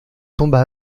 tomba